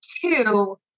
two